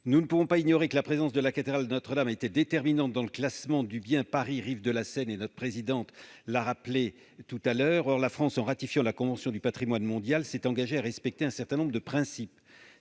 Nous ne pouvons pas ignorer que la présence de la cathédrale Notre-Dame a été déterminante dans le classement du site « Paris, rives de la Seine », comme l'a rappelé Mme la présidente de la commission. Or la France, en ratifiant la convention du patrimoine mondial, s'est engagée à respecter un certain nombre de principes.